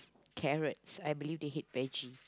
carrots I believe they hate veggie